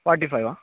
forty ఫైవా